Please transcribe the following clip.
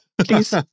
please